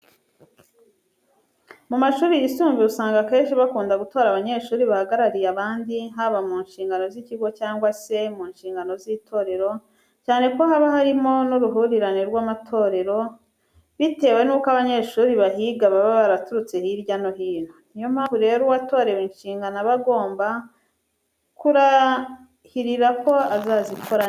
Mu mashuri yisumbuye usanga akenshi bakunda gutora abanyeshuri bahagarariye abandi, haba mu nshingano z'ikigo cyangwa se mu nshingano z'itorero cyane ko haba harimo n'uruhurirane rw'amatorero bitewe nuko abanyeshuri bahiga baba baraturutse hirya no hino. Ni yo mpamvu rero uwatorewe inshingano aba agomba kurahirira ko azazikora neza.